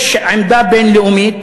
יש עמדה בין-לאומית,